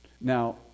Now